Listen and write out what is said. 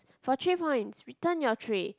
for three points return your tray